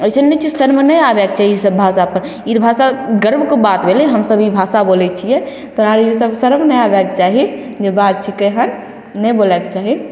एसन नहि छै शर्म नहि आबयके चाही ईसब भाषापर ई भाषा गर्वके बात भेलय हमसब ई भाषा बोलय छियै तोरा ई सबमे शर्म नहि आबयके चाही जे बात छिकै हन नहि बोलयके चाही